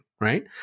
right